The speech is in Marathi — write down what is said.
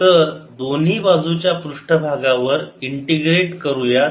तर दोन्ही बाजूच्या पृष्ठभागावर इंटिग्रेट करूयात